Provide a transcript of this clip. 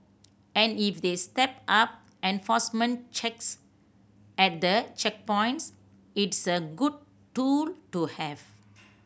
and if they step up enforcement checks at the checkpoints it's a good tool to have